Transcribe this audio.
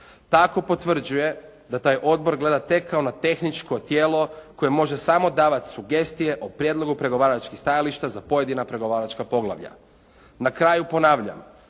Tako potvrđuje da taj odbor gleda tek kao na tehničko tijelo koje može samo davati sugestije o prijedlogu pregovaračkih stajališta za pojedina pregovaračka poglavlja. Na kraju ponavljam.